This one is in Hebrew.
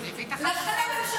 לכן הממשלה הזאת היא כישלון.